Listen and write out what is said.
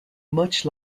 much